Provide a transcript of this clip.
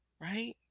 right